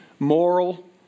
Moral